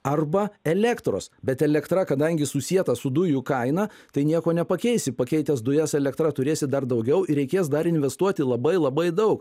arba elektros bet elektra kadangi susieta su dujų kaina tai nieko nepakeisi pakeitęs dujas elektra turėsi dar daugiau ir reikės dar investuoti labai labai daug